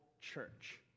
church